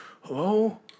Hello